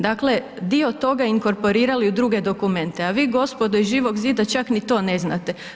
Dakle, dio toga inkorporirali u druge dokumente, a vi gospodo iz Živog zida čak ni to ne znate.